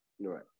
Right